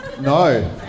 No